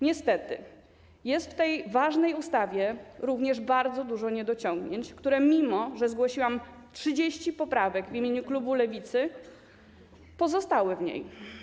Niestety jest w tej ważnej ustawie również bardzo dużo niedociągnięć, które mimo, że zgłosiłam 30 poprawek w imieniu klubu Lewicy, pozostały w niej.